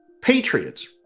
patriots